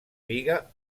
biga